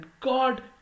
God